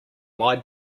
lied